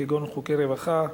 כגון חוקי רווחה,